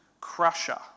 crusher